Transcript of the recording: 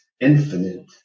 infinite